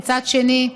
ומצד שני,